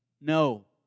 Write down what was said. No